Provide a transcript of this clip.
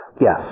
Yes